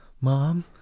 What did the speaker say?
mom